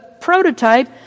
prototype